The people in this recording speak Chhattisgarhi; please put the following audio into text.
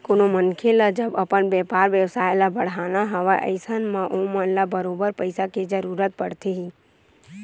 कोनो मनखे ल जब अपन बेपार बेवसाय ल बड़हाना हवय अइसन म ओमन ल बरोबर पइसा के जरुरत पड़थे ही